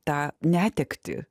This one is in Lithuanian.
tą netektį